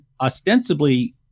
ostensibly